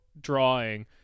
drawing